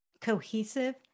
cohesive